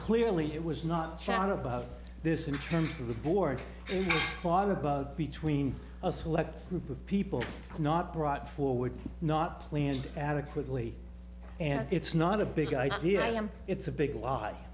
clearly it was not shot about this in terms of the board thought about between a select group of people not brought forward not planned adequately and it's not a big idea i am it's a big lie